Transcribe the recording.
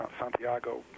Santiago